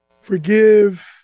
forgive